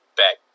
back